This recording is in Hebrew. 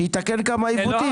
שיתקן כמה עיוותים.